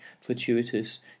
fortuitous